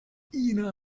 ina